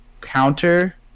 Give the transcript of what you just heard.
counter